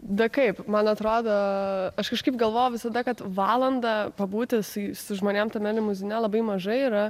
be kaip man atrodo aš kažkaip galvojau visada kad valandą pabūti su žmonėm tame limuzine labai mažai yra